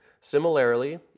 Similarly